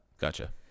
Gotcha